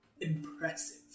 Impressive